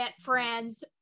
friends